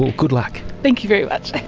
and good luck. thank you very much. like